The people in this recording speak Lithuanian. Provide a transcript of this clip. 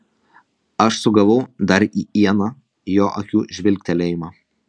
aš sugavau dar į ieną jo akių žvilgtelėjimą